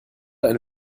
ein